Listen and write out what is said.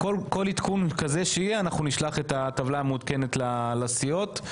בכל עדכון כזה שיהיה נשלח את הטבלה המעודכנת לסיעות,